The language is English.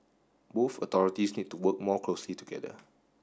both authorities need to work more closely together